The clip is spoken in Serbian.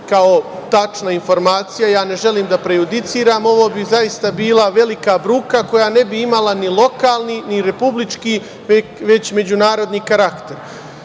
kao tačna informacija, ne želim da prejudiciram, ovo bi zaista bila velika bruka koja ne bi imala ni lokalni, ni republički, već međunarodni karakter.Zašto